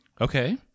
Okay